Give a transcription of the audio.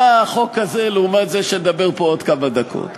מה החוק הזה לעומת זה שאני אדבר פה עוד כמה דקות?